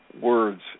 words